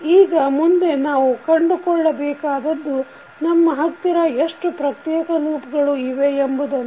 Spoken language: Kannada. ಈಗ ಮುಂದೆ ನಾವು ಕಂಡುಕೊಳ್ಳಬೇಕಾದದ್ದು ನಮ್ಮ ಹತ್ತಿರ ಎಷ್ಟು ಪ್ರತ್ಯೇಕ ಲೂಪ್ಗಳು ಇವೆ ಎಂಬುದನ್ನು